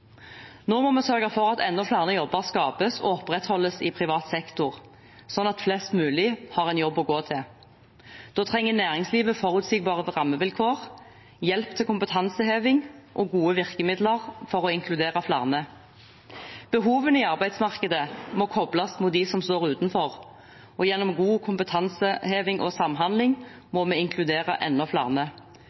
Nå må vi sørge for at enda flere jobber skapes og opprettholdes i privat sektor, sånn at flest mulig har en jobb å gå til. Da trenger næringslivet forutsigbare rammevilkår, hjelp til kompetanseheving og gode virkemidler for å inkludere flere. Behovene i arbeidsmarkedet må koples mot dem som står utenfor, og gjennom god kompetanseheving og samhandling må vi inkludere enda flere.